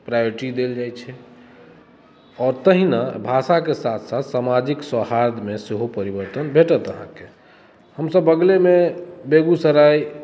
priority देल जाइ छै आओर तहिना भाषा के साथ साथ समाजिक सौहार्द मे सेहो परिवर्तन भेटत अहाँके हमसभ बगले मे बेगूसराय